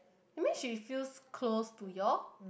I mean she feels close to you all